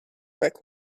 brick